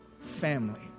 family